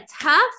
tough